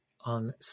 on